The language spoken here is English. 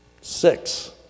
six